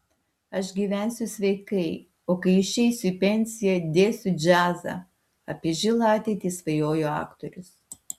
aš gyvensiu sveikai o kai išeisiu į pensiją dėsiu džiazą apie žilą ateitį svajojo aktorius